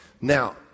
Now